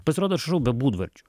pasirodo aš rašau be būdvardžių